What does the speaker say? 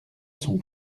son